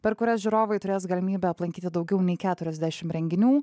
per kurias žiūrovai turės galimybę aplankyti daugiau nei keturiasdešim renginių